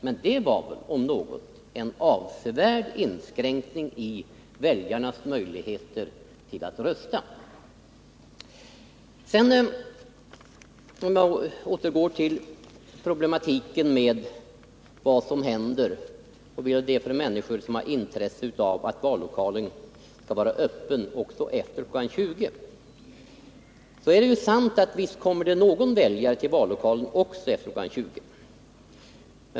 Och det var väl, om något, en avsevärd lande, m. m För att sedan återgå till problematiken om vilka människor det är som har intresse av att vallokalerna skall vara öppna också efter kl. 20, så är det förvisso sant att det kommer någon väljare till vallokalen också efter kl. 20.